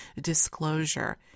disclosure